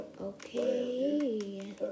Okay